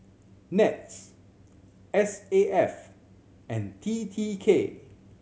NETS S A F and T T K